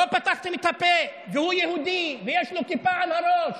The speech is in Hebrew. לא פתחתם את הפה, והוא יהודי ויש לו כיפה על הראש.